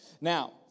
Now